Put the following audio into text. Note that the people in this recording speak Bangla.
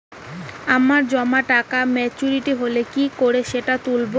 আমার জমা টাকা মেচুউরিটি হলে কি করে সেটা তুলব?